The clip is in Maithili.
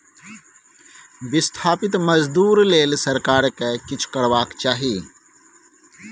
बिस्थापित मजदूर लेल सरकार केँ किछ करबाक चाही